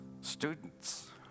Students